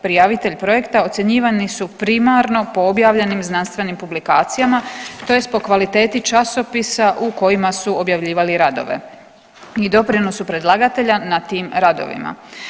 Prijavitelji projekta ocjenjivani su primarno po objavljenim znanstvenim publikacijama tj. po kvaliteti časopisa u kojima su objavljivali radove i doprinosu predlagatelja na tim radovima.